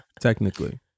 technically